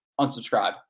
unsubscribe